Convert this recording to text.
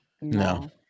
No